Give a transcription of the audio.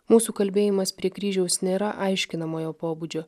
mūsų kalbėjimas prie kryžiaus nėra aiškinamojo pobūdžio